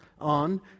on